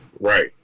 Right